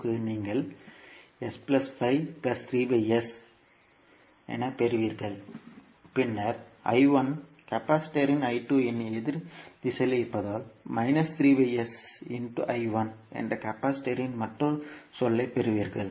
க்கு நீங்கள் களைப் பெறுவீர்கள் பின்னர் கெபாசிட்டரின் இன் எதிர் திசையில் இருப்பதால் என்ற கெபாசிட்டரின் மற்றொரு சொல்லைப் பெறுவீர்கள்